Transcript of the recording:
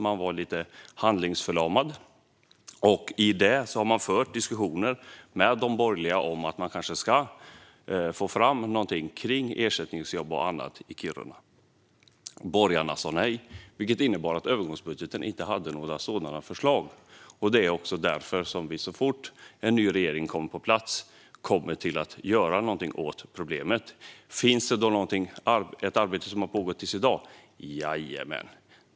Man var lite handlingsförlamad. Man har fört diskussioner med de borgerliga om att man kanske skulle få fram någonting kring ersättningsjobb och annat i Kiruna. Borgarna sa nej, vilket innebar att övergångsbudgeten inte hade några sådana förslag. Det är också därför vi kommer att göra någonting åt problemet så fort en ny regering kommer på plats. Finns det då ett arbete som har pågått fram till i dag? Jajamän!